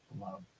love